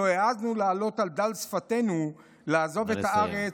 לא העזנו להעלות על דל שפתינו לעזוב את הארץ,